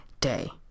day